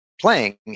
playing